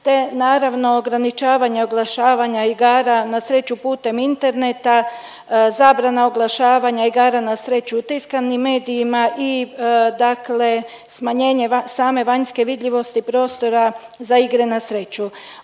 te naravno, ograničavanje oglašavanja igara na sreću putem interneta, zabrana oglašavanja igara na sreću u tiskanim medijima i dakle smanjenje same vanjske vidljivosti prostora za igre na sreću.